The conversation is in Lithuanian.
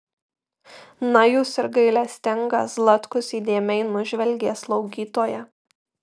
na jūs ir gailestinga zlatkus įdėmiai nužvelgė slaugytoją